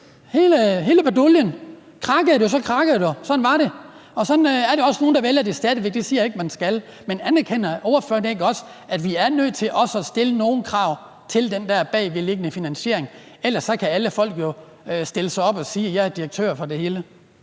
hele baduljen, og krakkede du, så krakkede du. Sådan var det, og sådan er der også stadig væk nogle der vælger at gøre det. Det siger jeg ikke man skal, men anerkender ordføreren ikke, at vi også er nødt til at stille nogle krav til den der bagvedliggende finansiering, for ellers kan alle folk jo stille sig op og sige: Jeg er direktør for det hele?